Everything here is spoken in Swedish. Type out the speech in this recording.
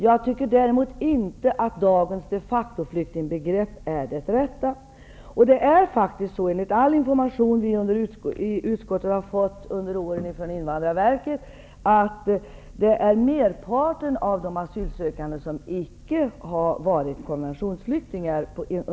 Jag tycker inte att dagens de facto-flyktingbegrepp är det rätta. Enligt all information som vi i utskottet har fått från invandrarverket har under en lång följd av år merparten av de asylsökande icke varit konventionsflyktingar.